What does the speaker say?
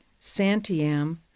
Santiam